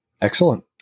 Excellent